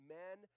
men